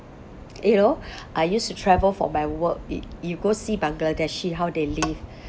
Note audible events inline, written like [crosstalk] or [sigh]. you know [breath] I used to travel for my work y~ you go see bangladeshi how they live